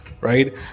right